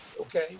okay